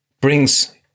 brings